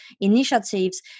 initiatives